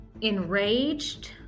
enraged